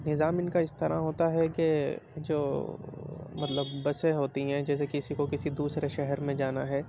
نظام ان کا اس طرح ہوتا ہے کہ جو مطلب بسیں ہوتی ہیں جیسے کسی کو کسی دوسرے شہر میں جانا ہے